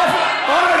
אורן